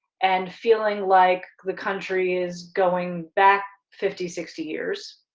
and feeling like the country is going back fifty, sixty years.